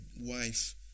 wife